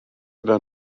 gyda